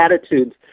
attitudes